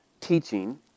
teaching